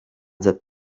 that